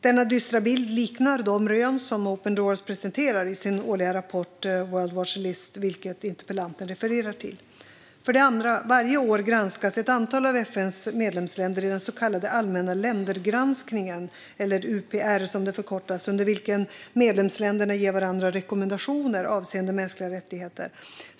Denna dystra bild liknar de rön som Open Doors presenterar i sin årliga rapport World Watch List , vilken interpellanten refererar till. Varje år granskas ett antal av FN:s medlemsländer i den så kallade allmänna ländergranskningen, eller UPR som den förkortas, under vilken medlemsländerna ger varandra rekommendationer avseende mänskliga rättigheter.